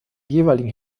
jeweiligen